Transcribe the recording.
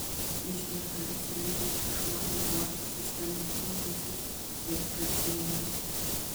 išgirdo besirengiančių šuoliui borto sistemų ūžesius ir spragsėjimus